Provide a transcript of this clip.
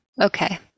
Okay